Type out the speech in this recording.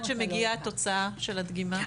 עד שמגיעה התוצאה של הדגימה?